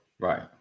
Right